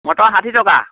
motor ষাঠি টকা